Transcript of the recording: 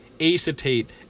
acetate